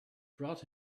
brought